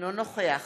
אינו נוכח